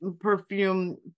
perfume